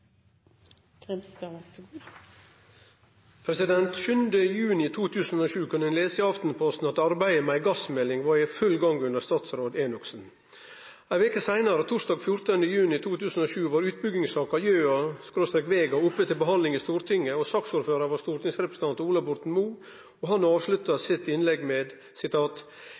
juni 2007 kunne ein lese i Aftenposten at arbeidet med ei gassmelding var i full gang under statsråd Enoksen. Ei veke seinare, torsdag 14. juni 2007, var saka om utbygginga av Gjøa og Vega oppe til behandling i Stortinget, og ordførar for saka var stortingsrepresentant Ola Borten Moe. Han avslutta innlegget sitt med: «Jeg har